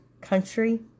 country